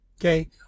Okay